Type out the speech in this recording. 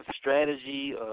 strategy